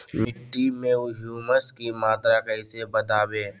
मिट्टी में ऊमस की मात्रा कैसे बदाबे?